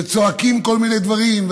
וצועקים כל מיני דברים.